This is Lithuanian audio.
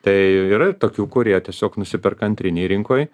tai yra ir tokių kurie tiesiog nusiperka antrinėj rinkoj